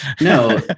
no